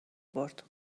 برد